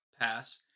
Pass